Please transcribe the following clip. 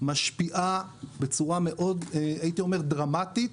משפיעה בצורה דרמטית